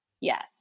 yes